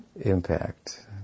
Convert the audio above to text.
impact